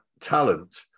talent